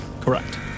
Correct